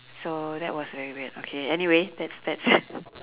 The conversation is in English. so that was very weird okay anyway that's that's